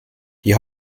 die